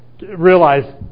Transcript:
Realize